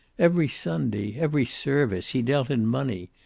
every sunday, every service, he dealt in money.